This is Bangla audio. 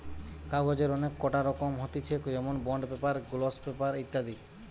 কাগজের অনেক কটা রকম হতিছে যেমনি বন্ড পেপার, গ্লস পেপার ইত্যাদি